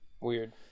Weird